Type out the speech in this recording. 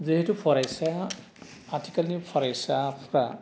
जिहेथु फरायसा आथिखालनि फरायसाफ्रा